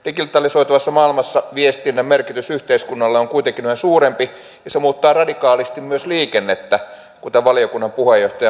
digitalisoituvassa maailmassa viestinnän merkitys yhteiskunnalle on kuitenkin yhä suurempi ja se muuttaa radikaalisti myös liikennettä kuten valiokunnan puheenjohtaja muistutti